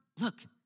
look